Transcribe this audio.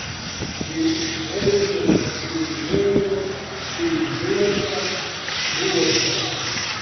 ji švelniai apžiūrinėjo stilizuotą buožę